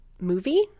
movie